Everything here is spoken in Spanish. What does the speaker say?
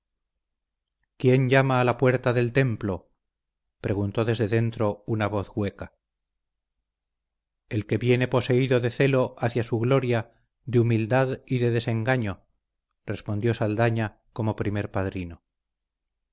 quién llama a la puerta del templo preguntó desde dentro una voz hueca el que viene poseído de celo hacia su gloria de humildad y de desengaño respondió saldaña como primer padrino